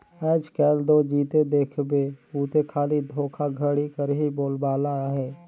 आएज काएल दो जिते देखबे उते खाली धोखाघड़ी कर ही बोलबाला अहे